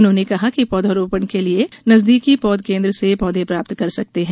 उन्होंने कहा कि पौधरोपण के लिये नजदीकी पौध केन्द्र से पौधे प्राप्त कर सकते हैं